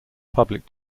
public